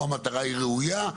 או המטרה היא ראויה,